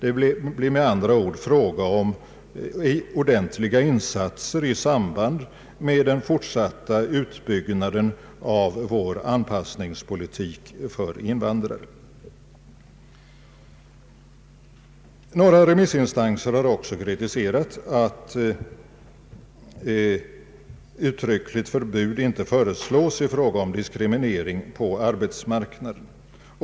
Det blir med andra ord fråga om ordentliga insatser i samband med den fortsatta utbyggnaden av vår anpassningspolitik för invandrare. Några remissinstanser har också kri tiserat att uttryckligt förbud inte föreslås i fråga om diskriminering på arbetsmarknaden.